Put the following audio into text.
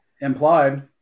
implied